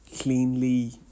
cleanly